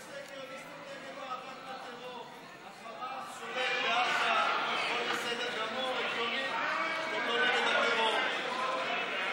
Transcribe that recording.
ההצעה להעביר לוועדה את הצעת חוק המאבק בטרור (תיקון,